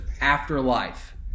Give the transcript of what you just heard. Afterlife